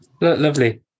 lovely